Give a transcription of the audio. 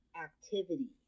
activity